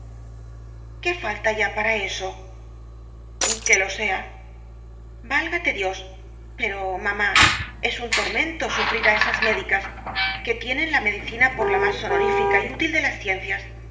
qué falta ya para eso que lo sea válgate dios pero mamá es un tormento sufrir á esas médicas que tienen la medicina por la más honorífica y útil de las ciencias